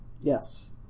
Yes